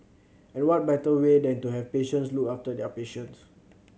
and what better way than to have patients look after their patients